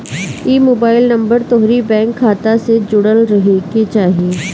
इ mobile number तोहरी bank खाता से जुड़ल रहे के चाही